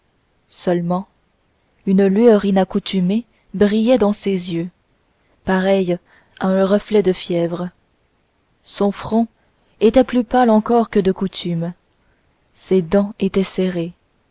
seulement une lueur inaccoutumée brillait dans ses yeux pareille à un reflet de fièvre son front était plus pâle encore que de coutume ses dents étaient serrées